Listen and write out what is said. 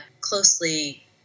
closely